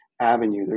Avenue